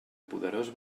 poderós